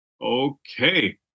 Okay